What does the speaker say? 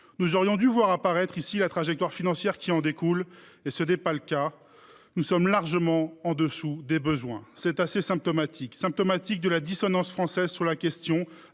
Nous aurions dû voir apparaître ici la trajectoire financière qui en découle ; ce n’est pas le cas. Nous sommes largement en dessous des besoins. C’est symptomatique de la dissonance française sur la question